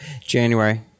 January